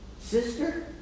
Sister